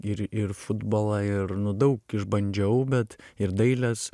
ir ir futbolą ir nu daug išbandžiau bet ir dailės